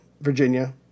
Virginia